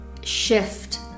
shift